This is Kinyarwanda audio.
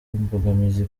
imbogamizi